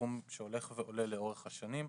בסכום שהולך ועולה לאורך השנים.